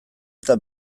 eta